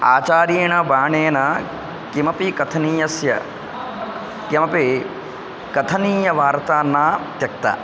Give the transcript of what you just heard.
आचार्येण बाणेन किमपि कथनीयस्य किमपि कथनीयवार्तान्न त्यक्तम्